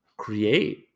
create